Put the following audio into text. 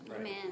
Amen